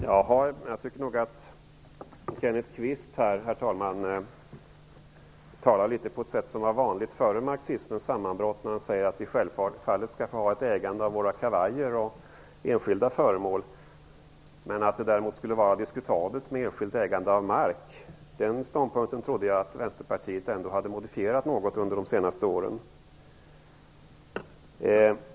Herr talman! Jag tycker att Kenneth Kvist här talar på ett sätt som var vanligt före marxismens sammanbrott. Han säger att vi självfallet skall få ha kvar ett ägande av våra kavajer och andra enskilda föremål men att det däremot skulle vara diskutabelt med enskilt ägande av mark. Jag trodde att Vänsterpartiet ändå något hade modifierat den ståndpunkten under de senaste åren.